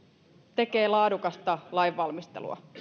tekee laadukasta lainvalmistelua